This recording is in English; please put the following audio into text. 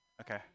Okay